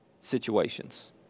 situations